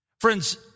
Friends